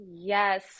Yes